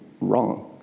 wrong